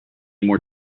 more